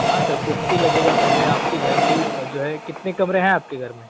हाँ sir putty लगेगा पहले आपके घर कि जो है कितने कमरे हैं आपके घर में